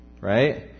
right